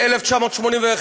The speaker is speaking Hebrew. ב-1981,